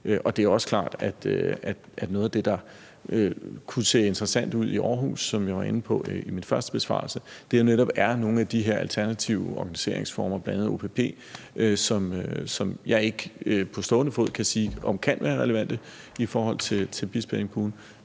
det er også klart, at noget af det, der kunne se interessant ud i Aarhus, som jeg var inde på i min første besvarelse, netop er nogle af de her alternative organiseringsformer, bl.a. OPP, som jeg ikke på stående fod kan sige er relevante i forhold til Bispeengbuen,